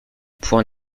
point